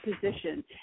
position